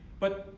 but,